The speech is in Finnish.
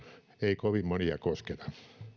ei kovin monia kosketa